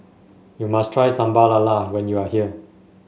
you must try Sambal Lala when you are here